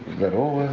that all?